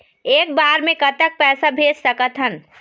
एक बार मे कतक पैसा भेज सकत हन?